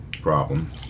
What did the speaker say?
problem